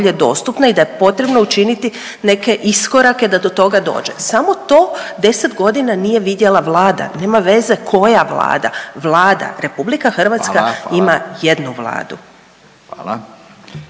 bolje dostupna i da je potrebno učiniti neke iskorake da do toga dođe samo to 10 godina nije vidjela Vlada, nema veze koja Vlada, Vlada. RH …/Upadica Radin: Hvala./… ima jednu vladu.